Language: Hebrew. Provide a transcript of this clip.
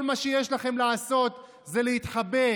כל מה שיש לכם לעשות זה להתחבא,